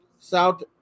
South